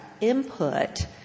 input